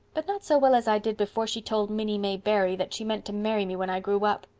but not so well as i did before she told minnie may barry that she meant to marry me when i grew up.